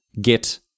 get